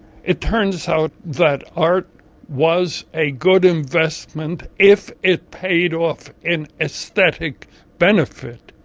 it turns out that art was a good investment if it paid off in aesthetic benefit.